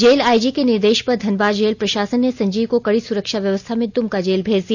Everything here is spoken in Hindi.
जेल आईजी के निर्देश पर धनबाद जेल प्रशासन ने संजीव को कड़ी सुरक्षा व्यवस्था में दुमका जेल भेज दिया